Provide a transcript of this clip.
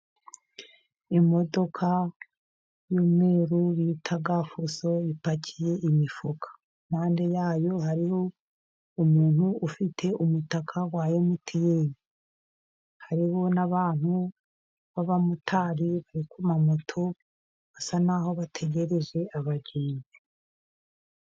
Imodoka y'umweru bita fuso ipakiye imifuka, impande yayo hariho umuntu ufite umutaka wa emutiyene, harimo n'abantu b'abamotari bari ku mamoto basa n'aho bategereje abagenzi.